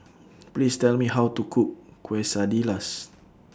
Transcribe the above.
Please Tell Me How to Cook Quesadillas